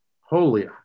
Holy